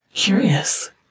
curious